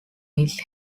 his